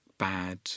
bad